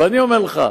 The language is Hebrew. ואני אומר לך,